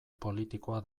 politikoa